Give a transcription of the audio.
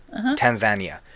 Tanzania